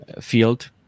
field